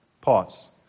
Pause